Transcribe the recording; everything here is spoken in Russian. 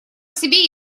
себе